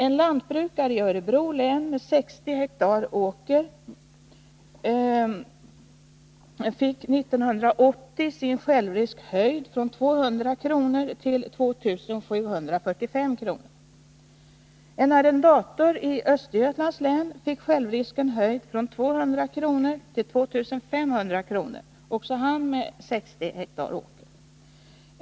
En lantbrukare i Örebro län med 60 hektar åker fick 1980 sin självrisk höjd från 200 kr. till 2745 kr. En arrendator i Östergötlands län fick självrisken höjd från 200 kr. till 2 500 kr., också han med 60 hektar åker.